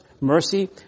Mercy